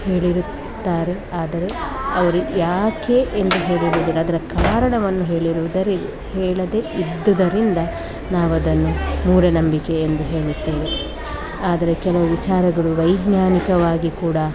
ಹೇಳಿರುತ್ತಾರೆ ಆದರೆ ಅವರು ಯಾಕೆ ಎಂದು ಹೇಳಿರುವುದಿಲ್ಲ ಅದರ ಕಾರಣವನ್ನು ಹೇಳಿರುವುದರಿಂದ ಹೇಳದೇ ಇದ್ದುದರಿಂದ ನಾವದನ್ನು ಮೂಢನಂಬಿಕೆ ಎಂದು ಹೇಳುತ್ತೇವೆ ಆದರೆ ಕೆಲವು ವಿಚಾರಗಳು ವೈಜ್ಞಾನಿಕವಾಗಿ ಕೂಡ